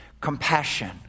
Compassion